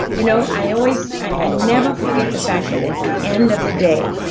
you know i always. i never forget the fact that at the end of the day,